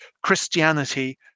Christianity